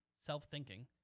self-thinking